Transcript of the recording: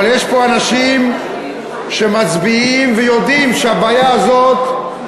אבל יש פה אנשים שמצביעים, ויודעים שהבעיה הזאת,